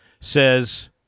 says